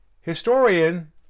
Historian